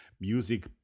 Music